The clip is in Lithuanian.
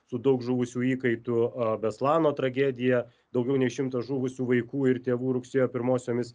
su daug žuvusių įkaitų a beslano tragedija daugiau nei šimtas žuvusių vaikų ir tėvų rugsėjo pirmosiomis